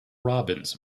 robins